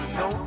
no